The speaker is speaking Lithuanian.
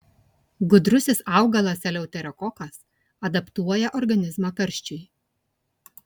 gudrusis augalas eleuterokokas adaptuoja organizmą karščiui